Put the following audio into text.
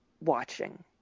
watching